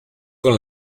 con